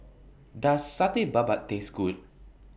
Does Satay Babat Taste Good